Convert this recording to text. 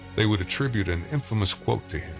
they would attribute an infamous quote to him,